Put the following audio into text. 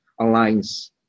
aligns